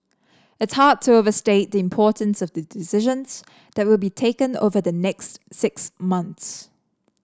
it's hard to overstate the importance of the decisions that will be taken over the next six months